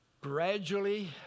gradually